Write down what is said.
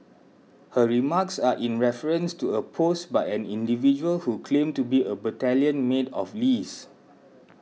her remarks are in reference to a post by an individual who claimed to be a battalion mate of Lee's